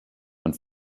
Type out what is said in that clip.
und